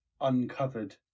uncovered